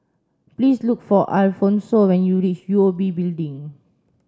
please look for Alfonso when you reach O U B Building